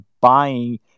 buying